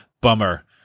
bummer